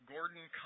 Gordon